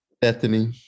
Bethany